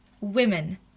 Women